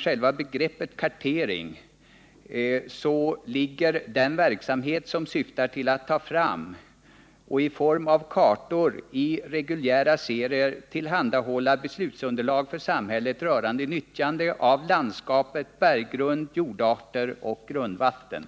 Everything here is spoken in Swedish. Själva begreppet kartering omfattar den verksamhet som syftar till att ta fram och i form av kartor i reguljära serier tillhandahålla beslutsunderlag för samhället rörande nyttjandet av landskapet, berggrund, jordarter och grundvatten.